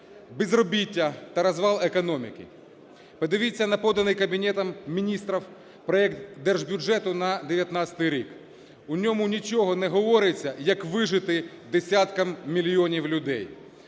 безробіття та розвал економіки. Подивіться на поданий Кабінетом Міністрів проект Держбюджету на 19-й рік. В ньому нічого не говориться, як вижити десяткам мільйонів людей.